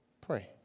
pray